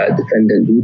defendant